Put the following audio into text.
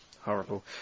horrible